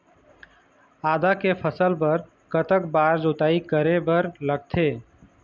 आदा के फसल बर कतक बार जोताई करे बर लगथे?